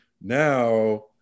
Now